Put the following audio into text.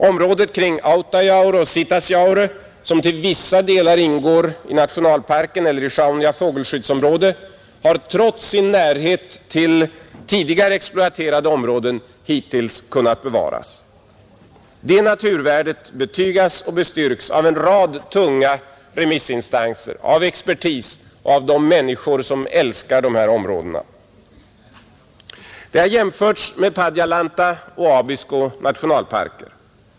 Området kring Autajaure och Sitasjaure, som till vissa delar ingår i nationalparken eller Sjaunja fågelskyddsområde har trots sin närhet till tidigare exploaterade områden hittills kunnat bevaras. Det naturvärdet betygas och bestyrks av en rad tunga remissinstanser, av expertis och av de människor som älskar de här områdena. Det har jämförts med Padjelanta och Abisko nationalparker.